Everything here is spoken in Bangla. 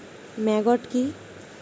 ম্যাগট কি?